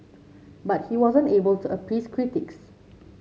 but he wasn't able to appease critics